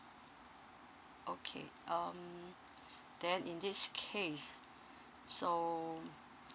okay um then in this case so um